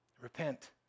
Repent